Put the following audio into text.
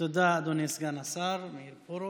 תודה, אדוני סגן השר מאיר פרוש.